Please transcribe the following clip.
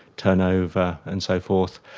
turnover and so forth.